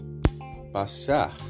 passar